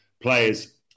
players